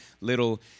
little